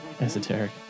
Esoteric